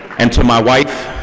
and to my wife,